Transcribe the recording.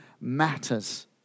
matters